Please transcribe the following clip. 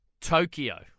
Tokyo